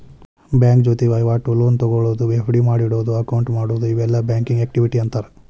bank ಜೊತಿ ವಹಿವಾಟು, loan ತೊಗೊಳೋದು, ಎಫ್.ಡಿ ಮಾಡಿಡೊದು, ಅಕೌಂಟ್ ಮಾಡೊದು ಇವೆಲ್ಲಾ ಬ್ಯಾಂಕಿಂಗ್ ಆಕ್ಟಿವಿಟಿ ಅಂತಾರ